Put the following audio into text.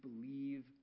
believe